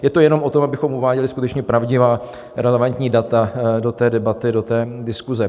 Je to jenom o tom, abychom uváděli skutečně pravdivá, relevantní data do debaty, do diskuze.